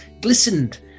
glistened